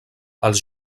els